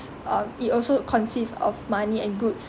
uh it also consists of money and goods